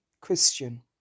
Christian